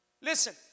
Listen